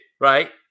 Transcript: right